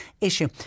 issue